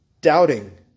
doubting